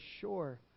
sure